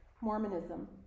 Mormonism